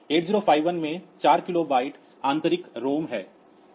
तो 8051 में 4 किलोबाइट आंतरिक रोम है